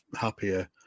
happier